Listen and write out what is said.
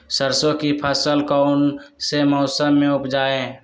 सरसों की फसल कौन से मौसम में उपजाए?